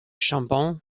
chambon